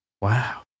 wow